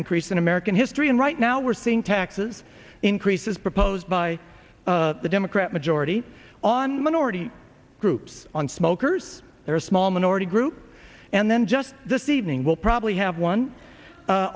increase in american history and right now we're seeing taxes increase as proposed by the democrat majority on minority groups on smokers there a small minority group and then just this evening we'll probably have one